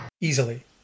easily